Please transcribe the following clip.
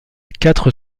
quatre